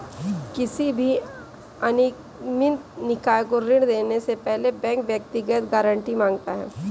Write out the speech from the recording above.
किसी भी अनिगमित निकाय को ऋण देने से पहले बैंक व्यक्तिगत गारंटी माँगता है